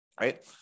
right